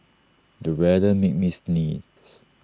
the weather made me sneeze